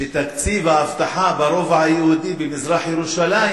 שתקציב האבטחה ברובע היהודי במזרח-ירושלים